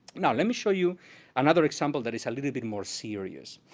now let me show you another example that is a little bit more serious.